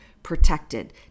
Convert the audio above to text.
Protected